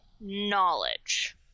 knowledge